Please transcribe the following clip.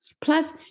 Plus